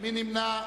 מי נמנע?